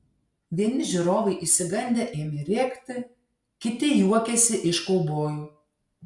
vieni žiūrovai išsigandę ėmė rėkti kiti juokėsi iš kaubojų